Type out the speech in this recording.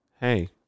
hey